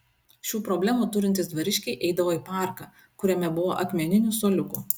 šių problemų turintys dvariškiai eidavo į parką kuriame buvo akmeninių suoliukų